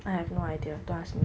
I have no idea don't ask me